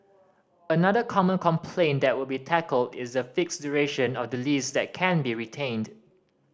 another common complaint that would be tackled is the fixed duration of the lease that can be retained